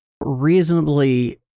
reasonably